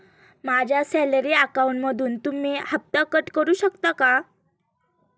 माझ्या सॅलरी अकाउंटमधून तुम्ही हफ्ता कट करू शकता का?